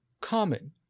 common